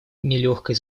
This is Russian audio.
нелегкой